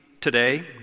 today